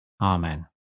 Amen